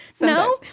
no